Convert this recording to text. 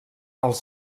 els